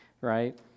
right